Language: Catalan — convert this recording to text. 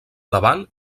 davant